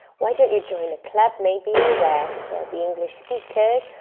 why don't you join a club, maybe, where there'll be english speakers,